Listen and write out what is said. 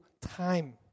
time